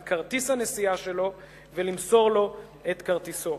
את כרטיס הנסיעה שלו ולמסור לו את כרטיסו.